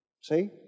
see